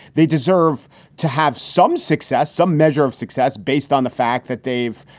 they deserve to have some success, some measure of success based on the fact that they've,